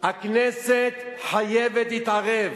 הכנסת חייבת להתערב